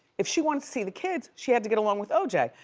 if she wants to see the kids, she had to get along with o j.